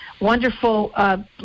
wonderful